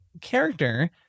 character